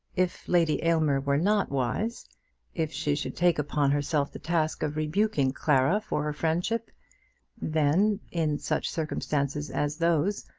if lady aylmer were not wise if she should take upon herself the task of rebuking clara for her friendship then, in such circumstances as those,